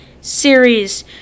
series